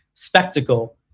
spectacle